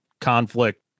conflict